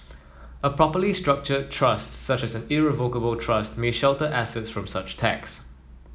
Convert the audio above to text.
a properly structured trust such as an irrevocable trust may shelter assets from such tax